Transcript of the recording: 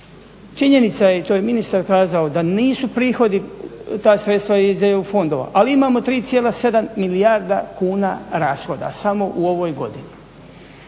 Činjenica je i to je ministar kazao da nisu prihodi ta sredstva iz EU fondova ali imamo 3,7 milijarda kuna rashoda samo u ovoj godini.